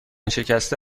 شکسته